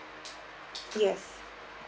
yes